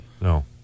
No